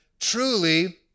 Truly